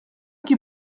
qui